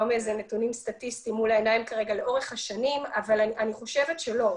לא מנתונים סטטיסטיים מול העיניים לאורך השנים אני חושבת שלא.